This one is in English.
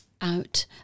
out